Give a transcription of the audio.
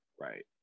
right